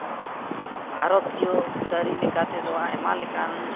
ᱵᱷᱟᱨᱚᱛᱤᱭᱚ ᱠᱟᱹᱨᱤ ᱞᱮᱠᱟᱛᱮᱫᱚ ᱟᱭᱢᱟ ᱞᱮᱠᱟᱱ